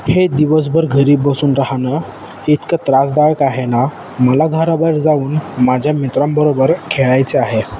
हे दिवसभर घरी बसून राहणं इतकं त्रासदायक आहे ना मला घराबाहेर जाऊन माझ्या मित्रांबरोबर खेळायचे आहे